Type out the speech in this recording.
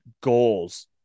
goals